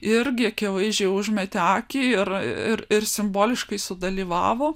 irgi akivaizdžiai užmetė akį ir ir simboliškai sudalyvavo